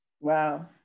Wow